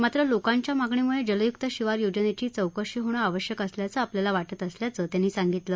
मात्र लोकांच्या मागणीमुळे जलयुक्त शिवार योजनेची चौकशी होणं आवश्यक असल्याचं आपल्याला वाटत असल्याचं त्यांनी सांगितलं